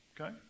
okay